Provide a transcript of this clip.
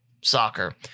soccer